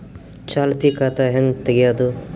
ಚಾಲತಿ ಖಾತಾ ಹೆಂಗ್ ತಗೆಯದು?